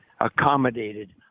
accommodated